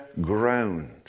ground